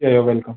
yeah yeah welcome